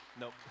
Nope